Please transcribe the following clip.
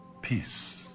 peace